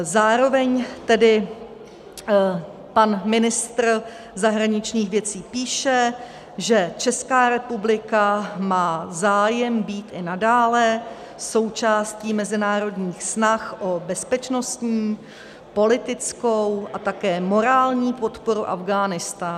Zároveň tedy pan ministr zahraničních věcí píše, že Česká republika má zájem být i nadále součástí mezinárodních snah o bezpečnostní, politickou a také morální podporu Afghánistánu.